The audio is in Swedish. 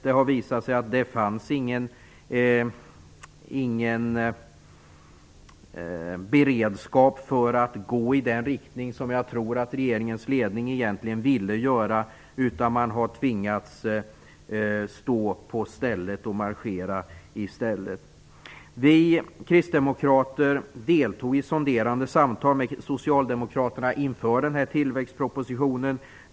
Det har visat sig att det inte fanns någon beredskap för att gå i den riktning som, tror jag, regeringens ledning egentligen ville gå i, utan man har tvingats stå på stället och marschera. Vi kristdemokrater deltog i sonderande samtal med Socialdemokraterna inför den här tillväxtpropositionen.